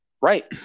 Right